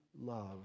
Love